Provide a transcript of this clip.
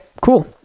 cool